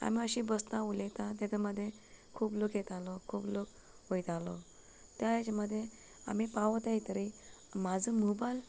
आमी अशीं बसता उलयता तेजे मदें खूब लोक येतालो खूब लोक वयतालो त्या हाज्या मदें आमी पावत येतगीर माजो मोबायल